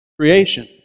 Creation